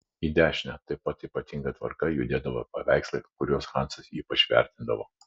į dešinę taip pat ypatinga tvarka judėdavo paveikslai kuriuos hansas ypač vertindavo